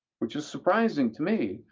which is surprising to me,